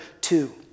two